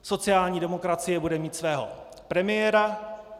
Sociální demokracie bude mít svého premiéra.